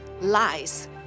lies